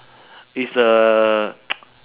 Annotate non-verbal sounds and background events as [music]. it's a [noise]